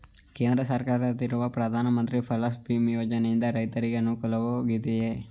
ಕೇಂದ್ರ ಸರ್ಕಾರದಿಂದಿರುವ ಪ್ರಧಾನ ಮಂತ್ರಿ ಫಸಲ್ ಭೀಮ್ ಯೋಜನೆಯಿಂದ ರೈತರಿಗೆ ಅನುಕೂಲವಾಗಿದೆಯೇ?